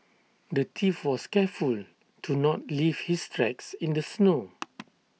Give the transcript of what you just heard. the thief was careful to not leave his tracks in the snow